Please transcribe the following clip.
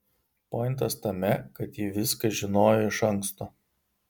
pointas tame kad ji viską žinojo iš anksto